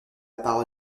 parole